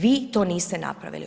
Vi to niste napravili.